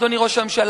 אדוני ראש הממשלה,